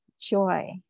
joy